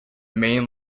main